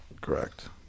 Correct